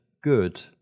good